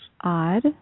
Odd